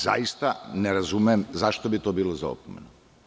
Zaista ne razumem zašto bi to bilo za opomenu.